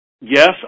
Yes